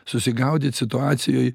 susigaudyt situacijoj